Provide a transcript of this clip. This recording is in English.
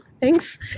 Thanks